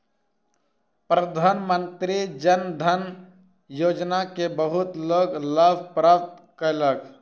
प्रधानमंत्री जन धन योजना के बहुत लोक लाभ प्राप्त कयलक